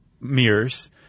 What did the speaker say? mirrors